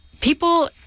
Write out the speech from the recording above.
people